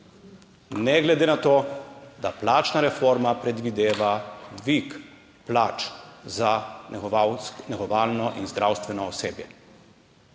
ne glede na to, da plačna reforma predvideva dvig plač za negovalno in zdravstveno osebje.